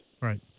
Right